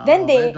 then they